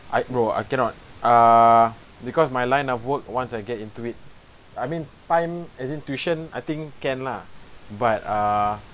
I bro I cannot ah because my line of work once I get into it I mean time as in tuition I think can lah but err